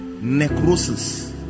necrosis